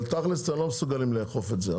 אבל תכלס אתם לא מסוגלים לאכוף את זה,